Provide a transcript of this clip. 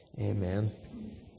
Amen